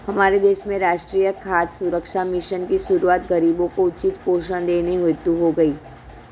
हमारे देश में राष्ट्रीय खाद्य सुरक्षा मिशन की शुरुआत गरीबों को उचित पोषण देने हेतु की गई